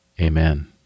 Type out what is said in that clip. Amen